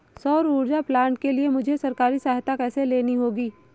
सौर ऊर्जा प्लांट के लिए मुझे सरकारी सहायता कैसे लेनी होगी?